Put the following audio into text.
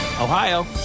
Ohio